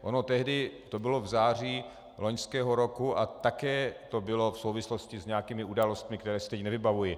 Ono to tehdy bylo v září loňského roku a také to bylo v souvislosti s nějakými událostmi, které si teď nevybavuji.